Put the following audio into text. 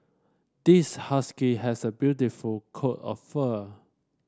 this husky has a beautiful coat of fur